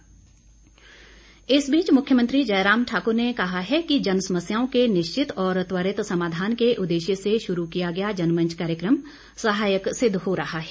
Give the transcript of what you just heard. जयराम ठाकुर इस बीच मुख्यमंत्री जयराम ठाकुर ने कहा है कि जनसमस्याओं के निश्चित और त्वरित समाधान के उद्देश्य से शुरू किया गया जनमंच कार्यकम सहायक सिद्ध हो रहा है